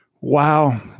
Wow